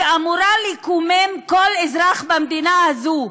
שאמורה לקומם כל אזרח במדינה הזו,